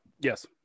Yes